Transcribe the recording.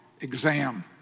exam